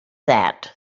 that